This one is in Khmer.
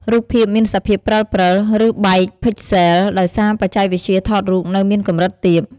រូបភាពមានសភាពព្រាលៗ ឬបែកផិចសេល ដោយសារបច្ចេកវិទ្យាថតរូបនៅមានកម្រិតទាប។